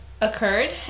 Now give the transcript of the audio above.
occurred